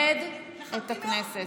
אני ממש מבקשת לכבד את הכנסת.